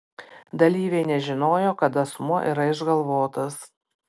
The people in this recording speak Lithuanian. dalyviai nežinojo kad asmuo yra išgalvotas